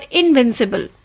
invincible